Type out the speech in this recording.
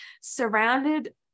surrounded